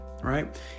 Right